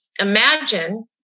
imagine